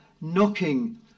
knocking